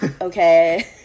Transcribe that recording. okay